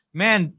man